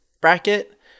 bracket